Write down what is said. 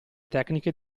tecniche